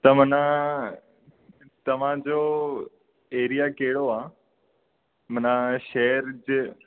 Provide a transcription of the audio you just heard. त मन तव्हांजो एरिया कहिड़ो आहे मन शहर जे